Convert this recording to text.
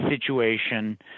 situation